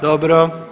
Dobro.